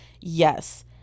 yes